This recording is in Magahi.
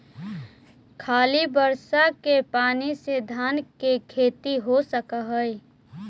खाली बर्षा के पानी से धान के खेती हो सक हइ?